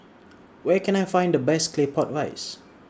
Where Can I Find The Best Claypot Rice